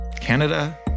Canada